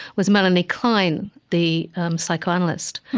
was melanie klein, the psychoanalyst.